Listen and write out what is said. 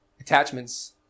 attachments